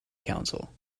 council